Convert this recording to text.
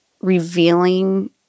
revealing